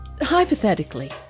Hypothetically